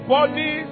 Body